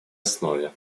основе